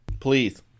please